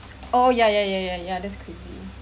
oh yeah yeah yeah yeah